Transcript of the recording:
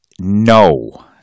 No